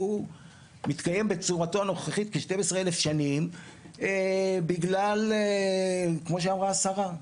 שהוא מתקיים בצורתו הנוכחית כ- 12 אלף שנים בגלל כמו שאמרה השרה,